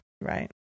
right